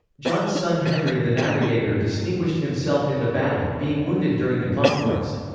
john's son henry the navigator distinguished himself in the battle, being wounded during the conquest.